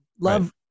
love